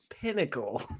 pinnacle